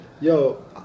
Yo